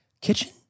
Kitchen